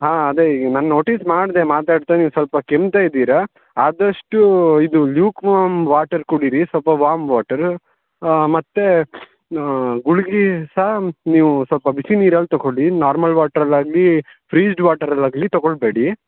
ಹಾಂ ಅದೇ ಈಗ ನಾನು ನೋಟೀಸ್ ಮಾಡಿದೆ ಮಾತಾಡ್ತಿದೀನಿ ಸ್ವಲ್ಪ ಕೆಮ್ತಾ ಇದ್ದೀರಾ ಆದಷ್ಟು ಇದು ವಾರ್ಮ್ ವಾಟರ್ ಕುಡೀರಿ ಸ್ವಲ್ಪ ವಾರ್ಮ್ ವಾಟರ್ ಮತ್ತೆ ಗುಳ್ಗೆ ಸಹ ನೀವು ಸ್ವಲ್ಪ ಬಿಸಿ ನೀರಲ್ಲಿ ತಗೊಳ್ಳಿ ನಾರ್ಮಲ್ ವಾಟ್ರಲ್ಲಿ ಆಗಲೀ ಫ್ರೀಜ್ಡ್ ವಾಟರಲ್ಲಿ ಆಗ್ಲೀ ತಗೊಳ್ಬೇಡಿ